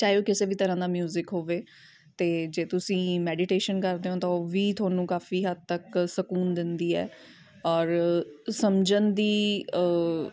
ਚਾਹੇ ਉਹ ਕਿਸੇ ਵੀ ਤਰ੍ਹਾਂ ਦਾ ਮਿਊਜ਼ਿਕ ਹੋਵੇ ਅਤੇ ਜੇ ਤੁਸੀਂ ਮੈਡੀਟੇਸ਼ਨ ਕਰਦੇ ਹੋ ਤਾਂ ਉਹ ਵੀ ਤੁਹਾਨੂੰ ਕਾਫੀ ਹੱਦ ਤੱਕ ਸਕੂਨ ਦਿੰਦੀ ਹੈ ਔਰ ਸਮਝਣ ਦੀ